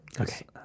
Okay